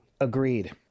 Agreed